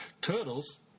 Turtles